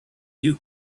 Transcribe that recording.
you